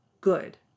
good